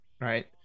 right